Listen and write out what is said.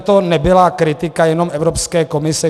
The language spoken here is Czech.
Toto nebyla kritika jenom Evropské komise.